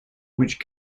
which